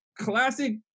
classic